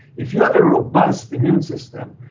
if you have a robust immune system,